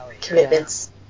commitments